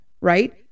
Right